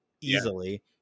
easily